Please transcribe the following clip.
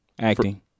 Acting